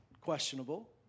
questionable